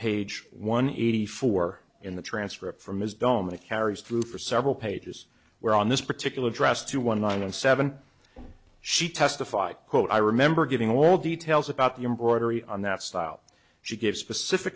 page one eighty four in the transcript for ms doma carries through for several pages where on this particular address to one nine and seven she testified quote i remember giving all details about the embroidery on that style she gave specific